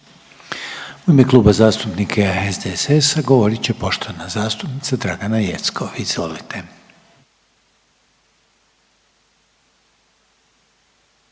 U ime Kluba zastupnika SDSS-a govorit će poštovana zastupnica Dragana Jeckov. Izvolite.